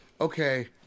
okay